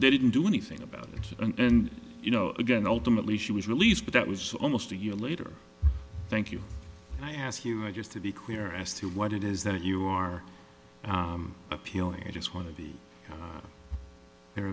they didn't do anything about it and you know again ultimately she was released but that was almost a year later thank you and i ask you just to be clear as to what it is that you are appealing i just want to be